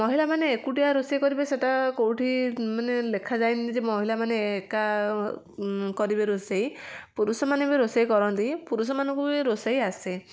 ମହିଳାମାନେ ଏକୁଟିଆ ରୋଷେଇ କରିବେ ସେଇଟା କେଉଁଠି ମାନେ ଲେଖାଯାଇନି ଯେ ମହିଳା ମାନେ ଏକା କରିବେ ରୋଷେଇ ପୁରୁଷ ମାନେ ବି ରୋଷେଇ କରନ୍ତି ପୁରୁଷମାନଙ୍କୁ ବି ରୋଷେଇ ଆସେ